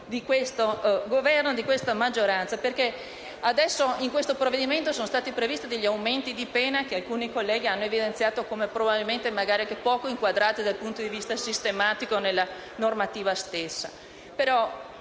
del Governo e della maggioranza. Nel provvedimento al nostro esame sono stati previsti degli aumenti di pena che alcuni colleghi hanno evidenziato come probabilmente anche poco inquadrati dal punto di vista sistematico nella normativa stessa.